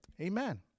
Amen